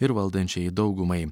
ir valdančiajai daugumai